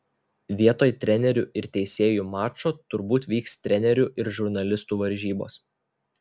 vietoj trenerių ir teisėjų mačo turbūt vyks trenerių ir žurnalistų varžybos